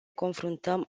confruntăm